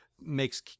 makes